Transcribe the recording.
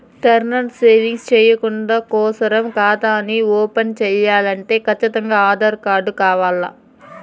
term savings చెయ్యడం కోసరం కాతాని ఓపన్ చేయాలంటే కచ్చితంగా ఆధార్ కార్డు కావాల్ల